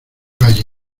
valle